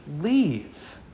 leave